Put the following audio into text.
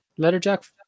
letterjack